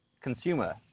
consumer